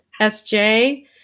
SJ